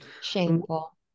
Shameful